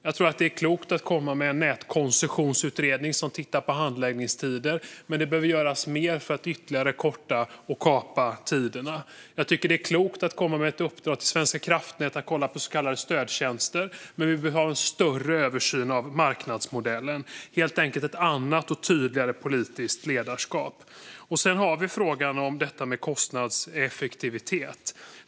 Jag tror att det är klokt med en nätkoncessionsutredning som tittar på handläggningstider, men det behöver göras mer för att ytterligare korta tiderna. Det är klokt att ge Svenska kraftnät i uppdrag att kolla på så kallade stödtjänster, men vi behöver ha en större översyn av marknadsmodellen. Det handlar helt enkelt om ett annat och tydligare politiskt ledarskap. Så till frågan om kostnadseffektivitet.